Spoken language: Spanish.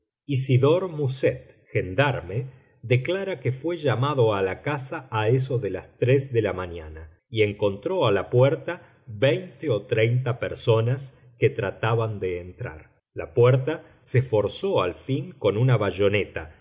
isidore muset gendarme declara que fué llamado a la casa a eso de las tres de la mañana y encontró a la puerta veinte o treinta personas que trataban de entrar la puerta se forzó al fin con una bayoneta